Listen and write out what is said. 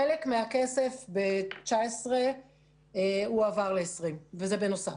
חלק מהכסף ב-2019 הועבר ל-2020 והוא בנוסף.